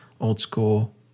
old-school